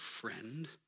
friend